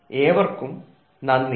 ഏവർക്കും നന്ദി